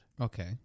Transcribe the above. Okay